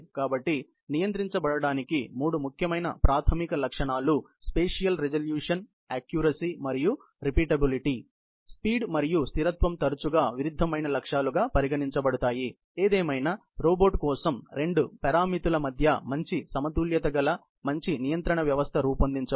కాబట్టి నియంత్రించబడడానికి మూడు ముఖ్యమైన ప్రాథమిక లక్షణాలు స్పేషియల్ రిజుల్యూషన్ యాక్క్యురసీ మరియు రిపీటబిలిటీ కాబట్టి స్పీడ్ మరియు స్థిరత్వం తరచుగా విరుద్ధమైన లక్ష్యాలుగా పరిగణించబడతాయి ఏదేమైనా రోబోట్ కోసం రెండు పారామితుల మధ్య మంచి సమతుల్యత గల మంచి నియంత్రణ వ్యవస్థను రూపొందించవచ్చు